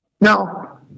Now